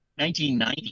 1990